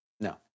No